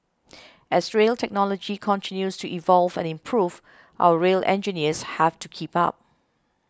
as rail technology continues to evolve and improve our rail engineers have to keep up